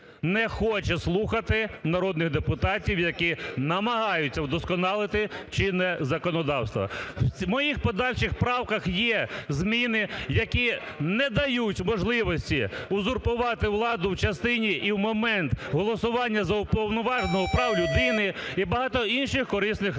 не хоче слухати народних депутатів, які намагаються вдосконалити чинне законодавство. В моїх подальших правках є зміни, які не дають можливості узурпувати владу в частині і в момент голосування за Уповноваженого з прав людини і багато інших корисних речей.